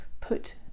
put